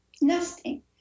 nesting